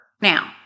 Now